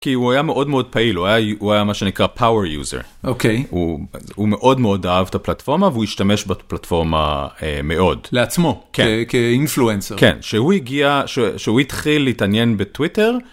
כי הוא היה מאוד מאוד פעיל, הוא היה מה שנקרא power user. אוקיי. הוא מאוד מאוד אהב את הפלטפורמה והוא השתמש בפלטפורמה מאוד. לעצמו, כאינפלואנסר. כן, כשהוא הגיע, כשהוא התחיל להתעניין בטוויטר...